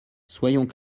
soyons